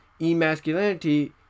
emasculinity